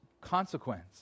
consequence